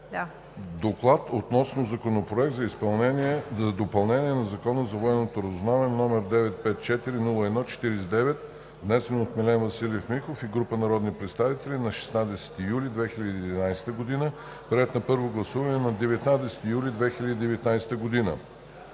„Доклад относно Законопроект за допълнение на Закона за военното разузнаване, № 954-01-49, внесен от Милен Василев Михов и група народни представители на 16 юли 2019 г., приет на първо гласуване на 19 юли 2019 г.“